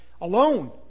alone